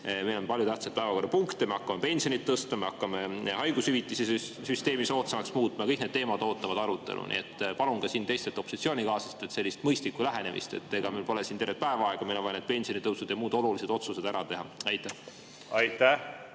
Meil on palju tähtsaid päevakorrapunkte, me hakkame pensionit tõstma, me hakkame haigushüvitise süsteemi soodsamaks muutma. Kõik need teemad ootavad arutlemist. Palun ka teistelt opositsioonikaaslastelt mõistlikku lähenemist, ega meil pole siin tervet päeva aega, meil on vaja need pensionitõusud ja muud olulised otsused ära teha. Austatud